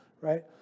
right